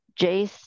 Jace